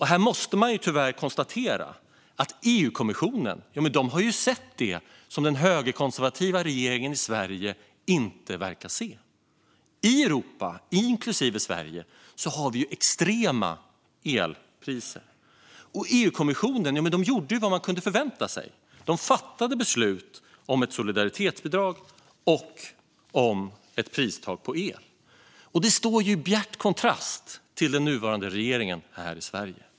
Här måste man tyvärr konstatera att EU-kommissionen har sett det som den högerkonservativa regeringen i Sverige inte verkar se. I Europa, inklusive Sverige, har vi extrema elpriser. EU-kommissionen gjorde vad man kunde förvänta sig, nämligen att fatta beslut om ett solidaritetsbidrag och ett pristak på el. Detta står ju i bjärt kontrast till den nuvarande regeringen i Sverige.